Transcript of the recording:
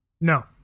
No